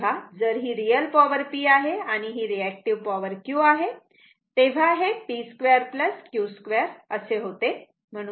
तेव्हा जर ही रियल पॉवर P आहे आणि ही रीऍक्टिव्ह पॉवर Q आहे तेव्हा हे P 2 Q2 असे होते